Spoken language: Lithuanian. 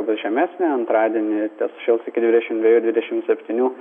bus žemesnė antradienį šils iki dvidešim dviejų dvidešim septynių